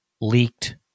leaked